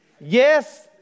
Yes